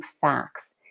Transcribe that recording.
facts